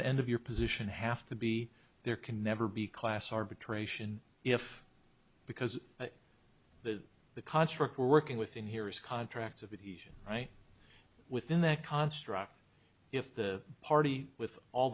the end of your position have to be there can never be class arbitration if because the the construct we're working with in here is contracts of it right within that construct if the party with all